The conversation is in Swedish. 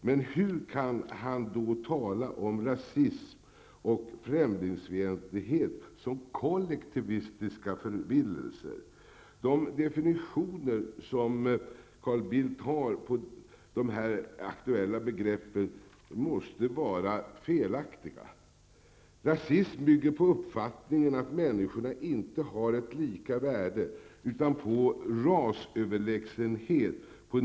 Men hur kan han då tala om rasism och främlingsfientlighet som kollektivistiska förvillelser. De definitioner som Carl Bildt har på de här aktuella begreppen måste vara felaktiga. Rasism bygger på uppfattningen att människorna inte har lika värde, på att det finns rasöverlägsenhet.